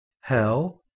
Hell